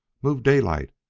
moved daylight,